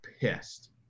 pissed